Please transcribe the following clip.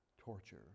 torture